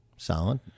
Solid